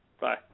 Bye